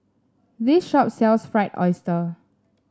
this shop sells Fried Oyster